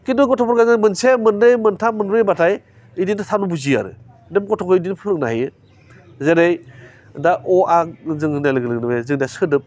खिन्थु गथ'फोरखौ जों मोनसे मोननै मोनथाम मोनब्रै होनबाथाय बिदिखौ थाबनो बुजियो आरो नों गथ'खौ बिदिनो फोरोंनो हायो जेरै दा अ आ जों होन्नाय लोगो लोगो नुबाय जों दा सोदोब